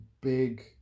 big